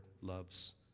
loves